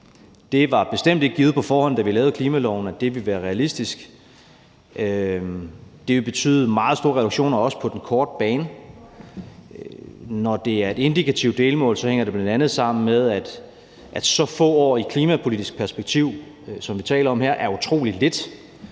Det var bestemt ikke givet på forhånd, da vi lavede klimaloven, at det ville være realistisk. Det vil betyde meget store reduktioner, også på den korte bane. Når det er et indikativt delmål, hænger det bl.a. sammen med, at så få år i et klimapolitisk perspektiv, som vi taler om her, er utrolig lidt,